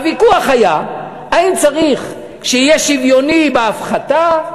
הוויכוח היה האם צריך שיהיה שוויון בהפחתה,